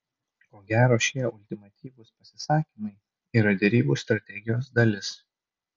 ko gero šie ultimatyvūs pasisakymai yra derybų strategijos dalis